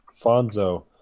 Fonzo